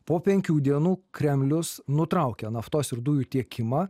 po penkių dienų kremlius nutraukia naftos ir dujų tiekimą